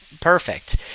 perfect